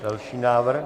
Další návrh.